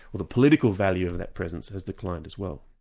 or the political value of that presence has declined as well.